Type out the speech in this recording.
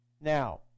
now